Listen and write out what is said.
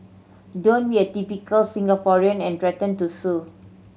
don't be a typical Singaporean and threaten to sue